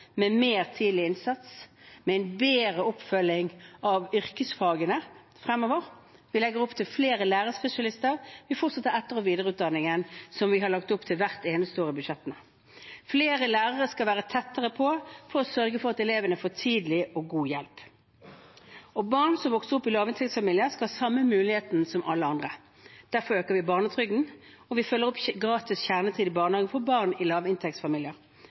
med mer tidlig innsats, med en bedre oppfølging av yrkesfagene fremover. Vi legger opp til flere lærerspesialister, vi fortsetter etter- og videreutdanningen, som vi har lagt opp til i budsjettene hvert eneste år. Flere lærere skal være tettere på for å sørge for at elevene får tidlig og god hjelp, og barn som vokser opp i lavinntektsfamilier, skal ha samme muligheten som alle andre. Derfor øker vi barnetrygden, og vi følger opp gratis kjernetid i barnehagene for barn i